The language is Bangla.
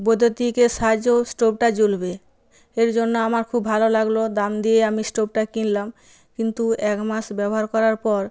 বৈদ্যুতিকের সাহায্য স্টোভটা জ্বলবে এর জন্য আমার খুব ভাল লাগলো দাম দিয়ে আমি স্টোভটা কিনলাম কিন্তু এক মাস ব্যবহার করার পর